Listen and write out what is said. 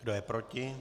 Kdo je proti?